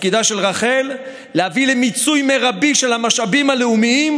תפקידה של רח"ל "להביא למיצוי מרבי של המשאבים הלאומיים